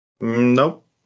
Nope